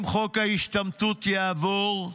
אם חוק ההשתמטות יעבור,